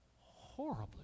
horribly